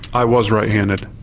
i was right-handed.